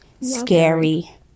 scary